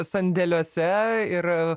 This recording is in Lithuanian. sandėliuose ir